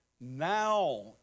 Now